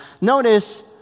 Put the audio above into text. Notice